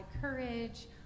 courage